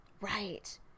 Right